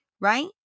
right